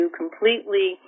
completely